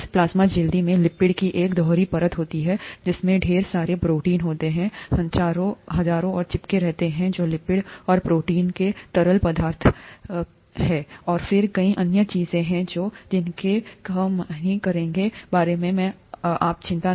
तो इस प्लाज्मा झिल्ली में लिपिड की एक दोहरी परत होती है जिसमें ढेर सारे प्रोटीन होते हैंचारों ओर चिपके रहते जो लिपिड और प्रोटीन के तरल पदार्थ केहैं और फिर कई अन्य चीजें होती हैं जिनकेहमनहीं करेंगे बारे मेंअब चिंता